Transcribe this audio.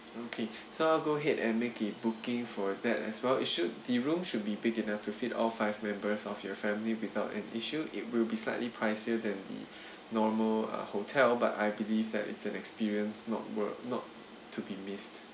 okay so I'll go ahead and make a booking for that as well it should the room should be big enough to fit all five members of your family without an issue it will be slightly pricier than the normal uh hotel but I believe that it's an experience not were not to be missed